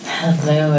hello